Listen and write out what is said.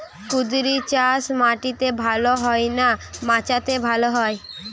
কুঁদরি চাষ মাটিতে ভালো হয় না মাচাতে ভালো হয়?